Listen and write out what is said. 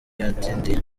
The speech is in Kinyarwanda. yatsindiye